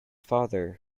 father